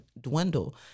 dwindle